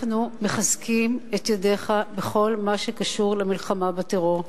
אנחנו מחזקים את ידיך בכל מה שקשור למלחמה בטרור.